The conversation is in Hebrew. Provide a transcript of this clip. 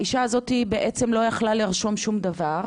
האישה הזאת לא יכלה בעצם לרשום שום דבר,